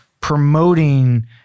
promoting